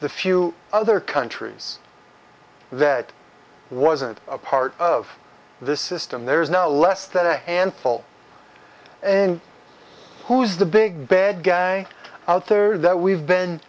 the few other countries that wasn't part of this system there is no less than a handful in who's the big bad guy out there that we've been